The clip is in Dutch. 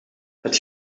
het